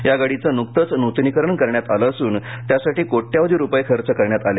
या गाडीचं नुकतंच नूतनीकरण करण्यात आलं असून त्यासाठी कोट्यवधी रुपये खर्च करण्यात आले